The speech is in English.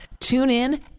TuneIn